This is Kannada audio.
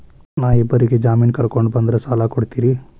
ನಾ ಇಬ್ಬರಿಗೆ ಜಾಮಿನ್ ಕರ್ಕೊಂಡ್ ಬಂದ್ರ ಸಾಲ ಕೊಡ್ತೇರಿ?